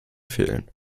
fehlen